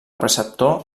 preceptor